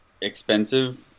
expensive